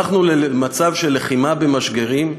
עברנו למצב של לחימה במשגרים,